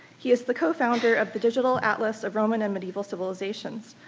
he is the co-founder of the digital atlas of roman and medieval civilizations,